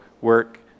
work